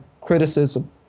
criticism